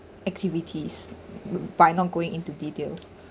activities but I'm not going into details